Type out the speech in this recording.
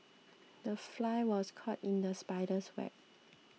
the fly was caught in the spider's web